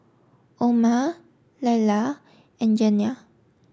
Oma Leila and Janiah